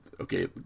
okay